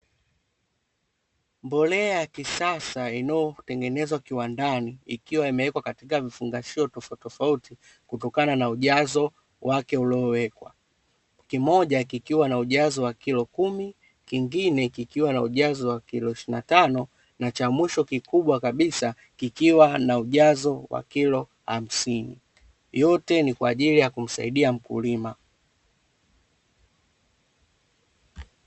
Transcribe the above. Mbolea ya kisasa inayotengenezwa kiwandani ikiwa imewekwa katika vifungashio tofauti tofauti kutokana na ujazo wake uliowekwa kimoja kikiwa na ujazo wa kilo kumi kingine kikiwa na ujazo wa kilo ishirini na tano na cha mwisho kikubwa kabisa kikiwa na ujazo wa kilo hamsini, yote ni kwa ajili ya kumsaidia mkulima.